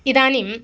इदानीं